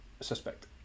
suspect